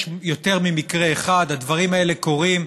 יש יותר ממקרה אחד, הדברים האלה קורים.